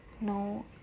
no